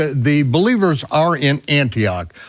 the believers are in antioch,